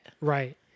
Right